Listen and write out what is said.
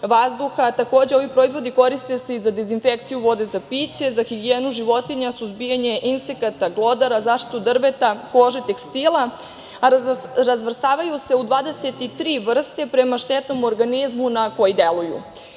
Takođe, ovi proizvodi koriste se i za dezinfekciju vode za piće, za higijenu životinja, suzbijanje insekata, glodara, zaštitu drveta, kože, tekstila, a razvrstavaju se u 23 vrste prema štetnom organizmu na koji deluju. Njihova